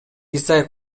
исаев